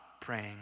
praying